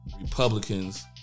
Republicans